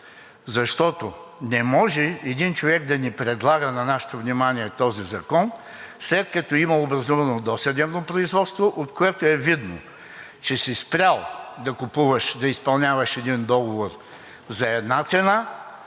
Защото не може един човек да ни предлага на нашето внимание този закон, след като има образувано досъдебно производство, от което е видно, че си спрял да изпълняваш един договор за една цена,